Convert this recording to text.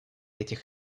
этих